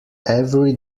every